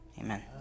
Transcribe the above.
amen